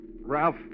Ralph